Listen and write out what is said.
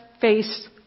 face